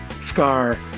Scar